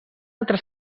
altra